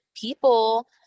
people